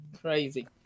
Crazy